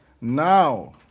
Now